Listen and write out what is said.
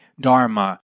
dharma